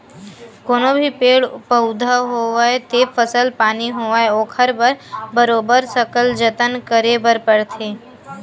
कोनो भी पेड़ पउधा होवय ते फसल पानी होवय ओखर बर बरोबर सकल जतन करे बर परथे